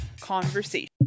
Conversation